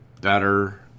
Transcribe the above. better